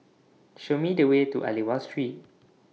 Show Me The Way to Aliwal Street